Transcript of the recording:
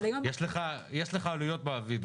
אבל היום --- יש עלויות מעביד,